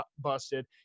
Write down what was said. busted